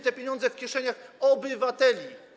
te pieniądze w kieszeniach obywateli.